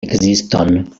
ekziston